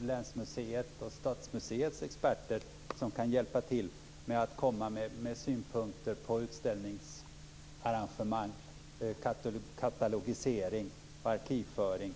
Länsmuseet och experter från Stadsmuseet stöd och synpunkter på utställningsarrangemang, katalogisering och arkivföring.